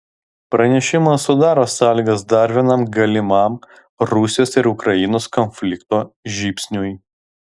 pranešimas sudaro sąlygas dar vienam galimam rusijos ir ukrainos konflikto žybsniui